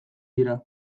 dira